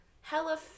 hella